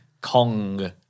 Kong